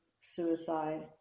suicide